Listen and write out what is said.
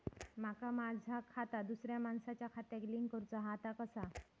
माका माझा खाता दुसऱ्या मानसाच्या खात्याक लिंक करूचा हा ता कसा?